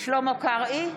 שלמה קרעי,